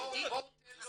בוא תן לו,